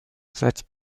that